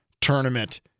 tournament